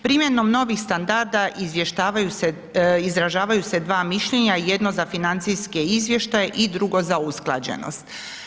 Primjenom novih standarda izvještavaju se, izražavaju se dva mišljenja, jedno za financijske izvještaje i drugo za usklađenost.